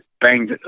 banged